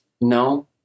no